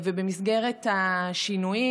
ובמסגרת השינויים,